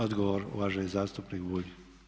Odgovor, uvaženi zastupnik Bulj.